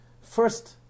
First